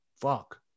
fuck